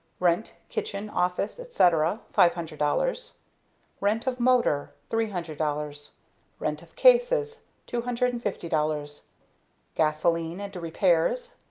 rent, kitchen, office, etc. five hundred dollars rent of motor. three hundred dollars rent of cases. two hundred and fifty dollars gasolene and repairs.